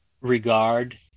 regard